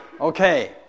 Okay